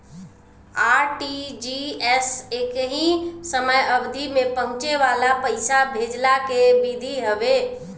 RTGS एकही समय अवधि में पहुंचे वाला पईसा भेजला के विधि हवे